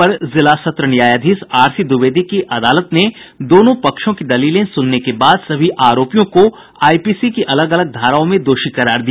अपर जिला सत्र न्यायाधीश आर सी द्विवेदी की अदालत ने दोनों पक्षों की दलीलें सुनने के बाद सभी आरोपियों को आईपीसी की अलग अलग धाराओं में दोषी करार दिया